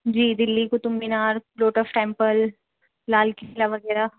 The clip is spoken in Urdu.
جی دلّی قُطب مینار لوٹس ٹیمپل لال قلعہ وغیرہ